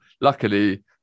luckily